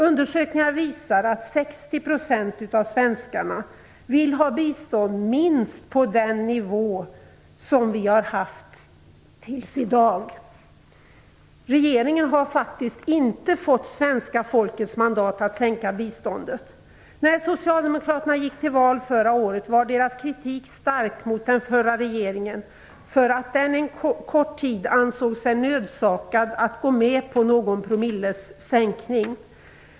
Undersökningar visar att 60 % av svenskarna vill ha bistånd som ligger minst på den nivå som vi har haft tills i dag. Regeringen har faktiskt inte fått svenska folkets mandat att sänka biståndet. När Socialdemokraterna gick till val förra året var deras kritik stark mot den förra regeringen för att den under en kort tid ansåg sig nödsakad att gå med på någon promilles sänkning.